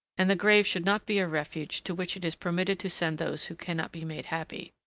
and the grave should not be a refuge to which it is permitted to send those who cannot be made happy.